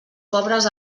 pobres